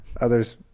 Others